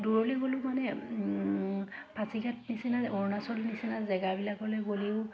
দূৰলৈ গ'লোঁ মানে ফাঁচীঘাট নিচিনা অৰুণাচল নিচিনা জেগাবিলাকলৈ গ'লেও